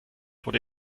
wurde